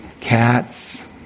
cats